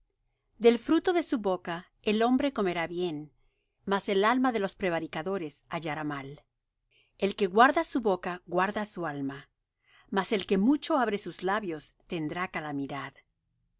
del fruto de su boca el hombre comerá bien mas el alma de los prevaricadores hallará mal el que guarda su boca guarda su alma mas el que mucho abre sus labios tendrá calamidad